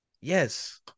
Yes